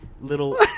little